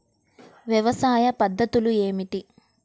వ్యవసాయ పద్ధతులు ఏమిటి?